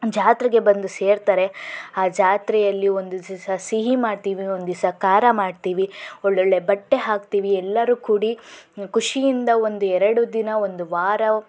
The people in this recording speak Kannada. ಜಾತ್ರೆಗೆ ಬಂದು ಸೇರ್ತಾರೆ ಆ ಜಾತ್ರೆಯಲ್ಲಿ ಒಂದು ದಿವಸ ಸಿಹಿ ಮಾಡ್ತೀವಿ ಒಂದು ದಿವಸ ಖಾರ ಮಾಡ್ತೀವಿ ಒಳ್ಳೊಳ್ಳೆ ಬಟ್ಟೆ ಹಾಕ್ತೀವಿ ಎಲ್ಲರೂ ಕೂಡಿ ಖುಷಿಯಿಂದ ಒಂದು ಎರಡು ದಿನ ಒಂದು ವಾರ